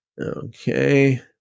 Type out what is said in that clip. Okay